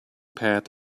path